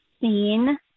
seen